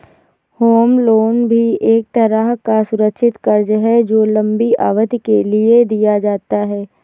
home loan भी एक तरह का सुरक्षित कर्ज है जो लम्बी अवधि के लिए दिया जाता है